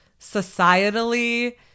societally